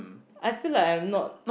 I feel like I'm not